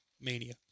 mania